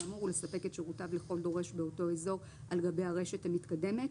האמור ולספק את שירותיו לכל דורש באותו אור על גבי הרשת המתקדמת.